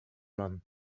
mann